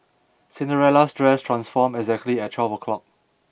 Cinderella's dress transformed exactly at twelve o' clock